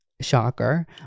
shocker